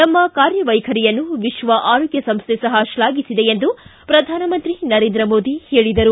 ನಮ್ಮ ಕಾರ್ಯವೈಖರಿಯನ್ನು ವಿಶ್ವ ಆರೋಗ್ಯ ಸಂಸ್ಥೆ ಸಹ ಶ್ಲಾಘಿಸಿದೆ ಎಂದು ಪ್ರಧಾನಮಂತ್ರಿ ನರೇಂದ್ರ ಮೋದಿ ಹೇಳಿದರು